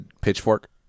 pitchfork